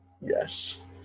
Yes